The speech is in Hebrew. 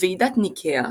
בוועידת ניקאה